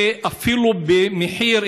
ואפילו במחיר,